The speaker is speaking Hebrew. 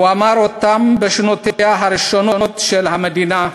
הוא אמר אותם בשנותיה הראשונות של המדינה,